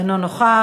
אינו נוכח,